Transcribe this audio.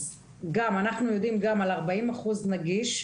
אז אנחנו יודעים גם על 40% נגיש,